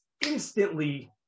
instantly